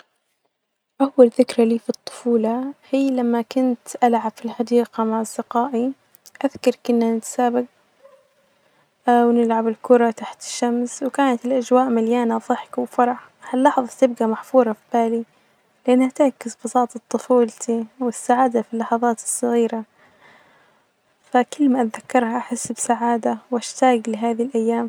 نشأت في نجد يعني في منطقة هادئة وبسيطة وكل شئ جريب من حولنا، كنا نلعب في الشوارع وتستمتع بالطبيعة، الأجواء كانت مليئة يعني روح التعاون والجيران كلهم كانوا يعرفون بعضهم، كانت أيام حلوة فيها ذكريات ما أجدر أنساها يعني أيام طفولتي والبراءة اللي كانت موجودة، للحين أفتكر هادي المشاعر والأجواء.